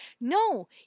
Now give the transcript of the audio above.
no